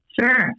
Sure